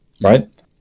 right